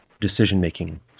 decision-making